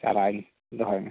ᱪᱟᱞᱟᱜ ᱟᱹᱧ ᱫᱚᱦᱚᱭ ᱢᱮ